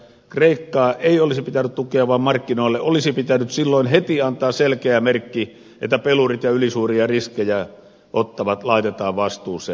kreikkaa ei olisi pitänyt tukea vaan markkinoille olisi pitänyt silloin heti antaa selkeä merkki että pelurit ja ylisuuria riskejä ottavat laitetaan vastuuseen